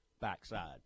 backside